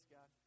God